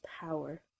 power